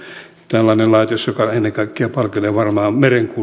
tällainen laitos joka ennen kaikkea palvelee varmaan merenkulkuliikennettä